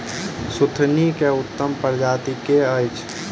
सुथनी केँ उत्तम प्रजाति केँ अछि?